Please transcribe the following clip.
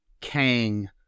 Kang